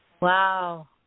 Wow